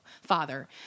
father